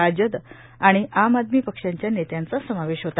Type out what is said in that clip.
राजद आणि आम आदमी पक्षांच्या नेत्यांचा समावेश होता